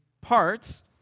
parts